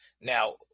Now